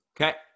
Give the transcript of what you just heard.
Okay